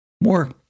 more